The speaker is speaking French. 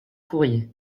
courrier